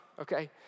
okay